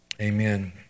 Amen